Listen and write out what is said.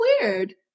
weird